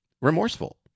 remorseful